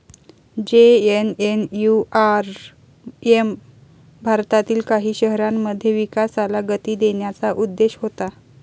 JNNURM भारतातील काही शहरांमध्ये विकासाला गती देण्याचा उद्देश होता